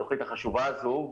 בתוכנית החשובה הזו.